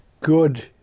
good